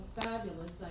fabulous